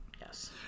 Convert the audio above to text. Yes